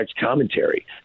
commentary